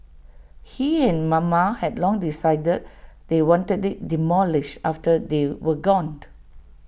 he and mama had long decided they wanted IT demolished after they were gone